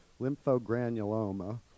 lymphogranuloma